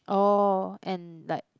oh and like